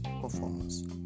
performers